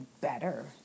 better